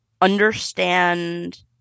Understand